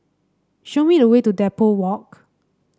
show me the way to Depot Walk